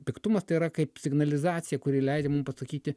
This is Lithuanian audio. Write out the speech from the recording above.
piktumas tai yra kaip signalizacija kuri leidžia mum pasakyti